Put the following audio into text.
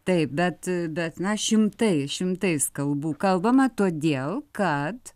taip bet bet na šimtai šimtais kalbų kalbama todėl kad